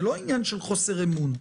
זה לא עניין של חוסר אמון.